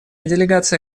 делегация